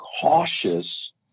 cautious